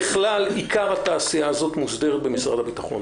ככלל, עיקר התעשייה הזאת מוסדרת במשרד הביטחון.